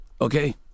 okay